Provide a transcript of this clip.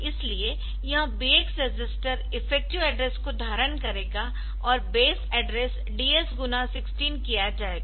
इसलिए यह BX register effective address को धारण करेगा और बेस एड्रेस DS गुणा 16 किया जाएगा